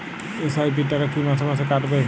SIP র টাকা কী মাসে মাসে কাটবে?